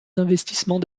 d’investissement